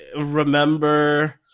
Remember